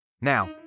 Now